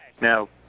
Now